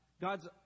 God's